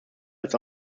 als